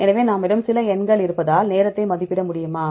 எனவே நம்மிடம் சில எண்கள் இருப்பதால் நேரத்தை மதிப்பிட முடியுமா